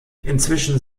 inzwischen